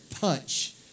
punch